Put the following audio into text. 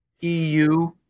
EU